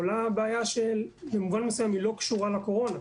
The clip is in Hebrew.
עולה בעיה שהיא במובן מסוים לא קשורה לקורונה,